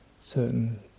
certain